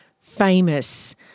famous